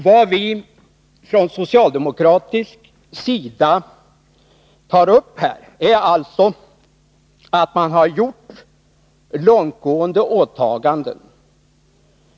Vad vi från socialdemokratisk sida tar upp här är alltså att man gjort långtgående åtaganden.